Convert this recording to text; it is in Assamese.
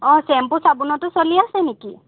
অ শ্বেম্পু চাবোনতো চলি আছে নেকি